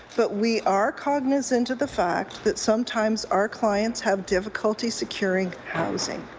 but we are cognisant of the fact that sometimes our clients have difficulty securing housing.